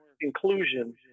inclusion